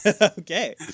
Okay